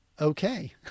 okay